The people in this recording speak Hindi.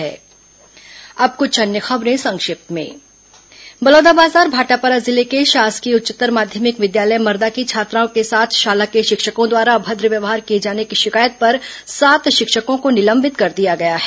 संक्षिप्त समाचार अब कुछ अन्य खबरें संक्षिप्त में बलौदाबाजार भाटापारा जिले के शासकीय उच्चतर माध्यमिक विद्यालय मरदा की छात्राओं के साथ शाला के शिक्षकों द्वारा अभद्र व्यवहार किए जाने की शिकायत पर सात शिक्षकों को निलंबित कर दिया गया है